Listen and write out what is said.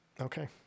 Okay